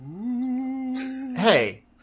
Hey